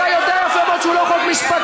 אתה יודע יפה מאוד שהוא לא חוק משפטי.